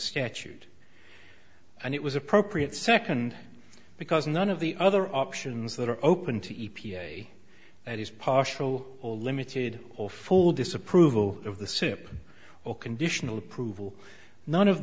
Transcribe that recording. statute and it was appropriate second because none of the other options that are open to e p a it is partial or limited or full disapproval of the soup or conditional approval none of